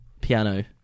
piano